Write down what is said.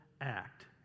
act